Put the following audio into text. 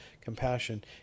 compassion